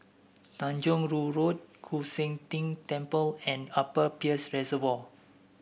Tanjong Rhu Road Koon Seng Ting Temple and Upper Peirce Reservoir